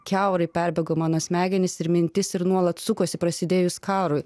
kiaurai perbėgo mano smegenis ir mintis ir nuolat sukosi prasidėjus karui